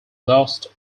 lost